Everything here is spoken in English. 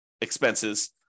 expenses